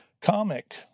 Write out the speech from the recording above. comic